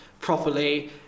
properly